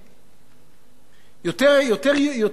יותר אנושי, יותר יהודי.